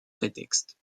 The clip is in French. prétextes